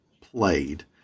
played